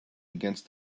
against